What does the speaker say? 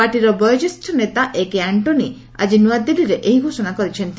ପାର୍ଟିର ବୟୋଜ୍ୟେଷ୍ଠ ନେତା ଏକେ ଆଙ୍କୋନି ଆକି ନୂଆଦିଲ୍ଲାରେ ଏହି ଘୋଷଣା କରିଛନ୍ତି